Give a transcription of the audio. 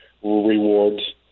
rewards